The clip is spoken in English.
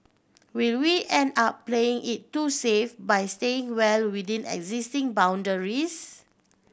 will we end up playing it too safe by staying well within existing boundaries